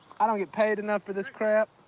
i don't get paid enough for this crap.